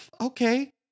Okay